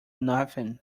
nothing